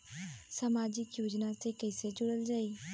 समाजिक योजना से कैसे जुड़ल जाइ?